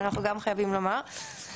אנחנו גם חייבים לומר.